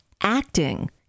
acting